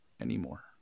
anymore